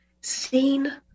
seen